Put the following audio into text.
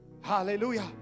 Hallelujah